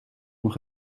nog